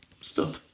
Stop